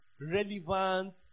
Relevant